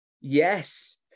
yes